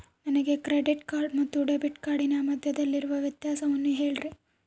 ನನಗೆ credit card ಮತ್ತು debit ಕಾರ್ಡಿನ ಮಧ್ಯದಲ್ಲಿರುವ ವ್ಯತ್ಯಾಸವನ್ನು ಹೇಳ್ರಿ?